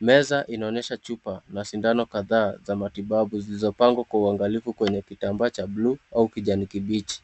Meza inaonyesha chupa la sindano kadhaa za matibabu zilizopagwa kwa uangalifu kwenye kitambaa cha blue au kijani kibichi.